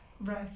right